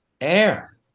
air